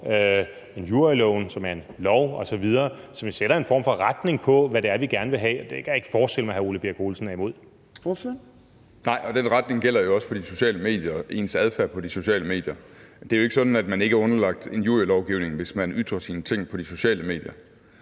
injurieloven, som er en lov osv. – som sætter en form for retning på, hvad det er, vi gerne vil have. Det kan jeg ikke forestille mig at hr. Ole Birk Olesen er imod. Kl. 15:49 Fjerde næstformand (Trine Torp): Ordføreren. Kl. 15:49 Ole Birk Olesen (LA): Nej, og den retning gælder jo også for de sociale medier og ens adfærd på de sociale medier. Det er jo ikke sådan, at man ikke er underlagt injurielovgivningen, hvis man ytrer sig på de sociale medier.